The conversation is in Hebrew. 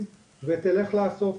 קח את הכסף